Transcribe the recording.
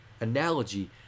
analogy